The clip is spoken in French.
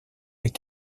est